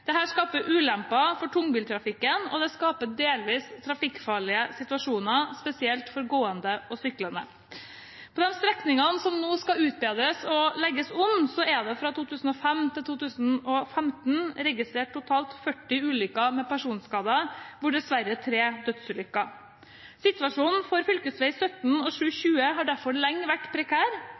skaper ulemper for tungtrafikken, og det skaper delvis trafikkfarlige situasjoner, spesielt for gående og syklende. På de strekningene som nå skal utbedres og legges om, er det fra 2005 til 2015 registrert totalt 40 ulykker med personskade, hvorav dessverre 3 dødsulykker. Situasjonen for fv. 17 og fv. 720 har derfor lenge vært prekær.